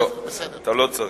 אתה לא צריך,